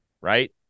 right